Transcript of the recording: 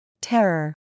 Terror